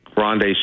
grande